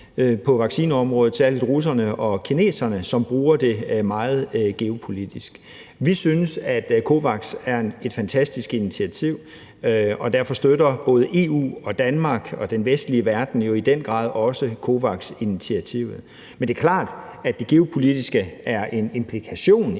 på vaccineområdet, særlig russerne og kineserne, som bruger det meget i geopolitiske sammenhænge. Vi synes, at COVAX er et fantastisk initiativ, og derfor støtter både EU og Danmark og den øvrige vestlige verden jo i den grad også COVAX-initiativet. Men det er klart, at det geopolitiske er en implikation